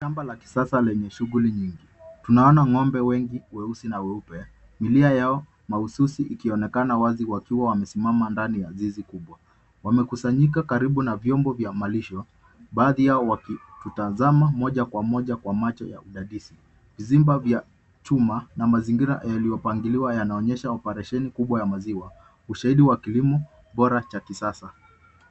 Shamba la kisasa lenye shughuli nyingi. Tunaona ng'ombe wengi weusi na weupe milia yao mahsusi ikionekana wazi wakiwa wamesimama ndani ya zizi kubwa. Wamekusanyika karibu na vyombo vya malisho baadhi yao wakitutazama moja kwa moja kwa macho ya udadisi. Vizimba vya chuma na mazingira yaliyopangiliwa yanaonyesha operesheni kubwa ya maziwa ushahidi wa kilimo bora cha kisasa.